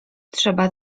trzeba